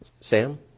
Sam